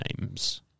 names